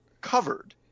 covered